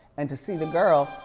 and to see the girl,